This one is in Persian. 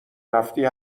رفتی